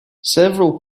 several